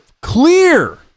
clear